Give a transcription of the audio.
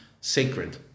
sacred